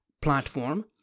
platform